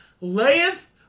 Layeth